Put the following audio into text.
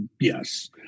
Yes